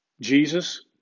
Jesus